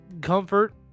comfort